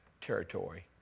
territory